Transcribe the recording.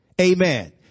Amen